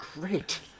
great